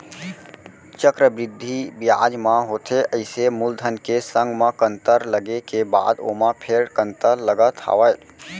चक्रबृद्धि बियाज म होथे अइसे मूलधन के संग म कंतर लगे के बाद ओमा फेर कंतर लगत हावय